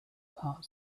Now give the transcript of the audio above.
part